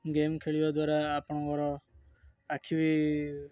game ଖେଳିବା ଦ୍ୱାରା ଆପଣଙ୍କର ଆଖି ବି